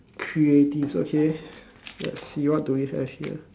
creatives okay let's see what do we have here